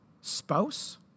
spouse